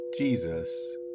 Jesus